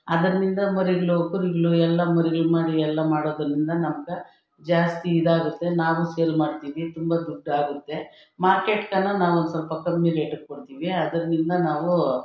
ಅದರಿಂದ ಮರಿಗಳು ಕುರಿಗಳು ಎಲ್ಲ ಮರಿ ಇದ್ಮಾಡಿ ಎಲ್ಲ ಮಾಡೋದರಿಂದ ನಮ್ಗೆ ಜಾಸ್ತಿ ಇದಾಗುತ್ತೆ ನಾವು ಸೇಲ್ ಮಾಡ್ತೀವಿ ತುಂಬ ದುಡ್ಡಾಗುತ್ತೆ ಮಾರ್ಕೆಟ್ಕನ್ನ ನಾವು ಸ್ವಲ್ಪ ಕಮ್ಮಿ ರೇಟಗೆ ಕೊಡ್ತೀವಿ ಅದರಿಂದ ನಾವು